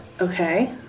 Okay